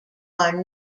are